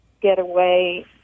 getaway